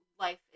life